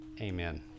amen